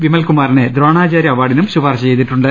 വിമൽകുമാറിനെ ദ്രോണാചാര്യ അവാർഡിനും ശുപാർശ ചെയ്തിട്ടുണ്ട്